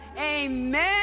amen